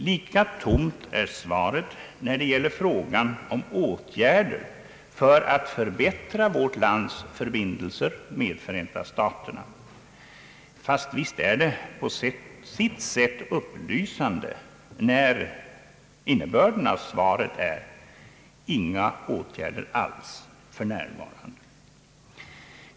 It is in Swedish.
Lika tomt är svaret när det gäller frågan om åtgärder för att förbättra vårt lands förbindelser med Förenta staterna. Fast visst är det på sitt sätt upplysande när innebörden av svaret är: inga åtgärder alls för närvarande.